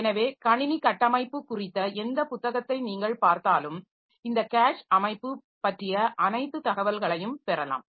எனவே கணினி கட்டமைப்பு குறித்த எந்த புத்தகத்தை நீங்கள் பார்த்தாலும் இந்த கேஷ் அமைப்பு பற்றிய அனைத்து தகவல்களையும் பெறலாம்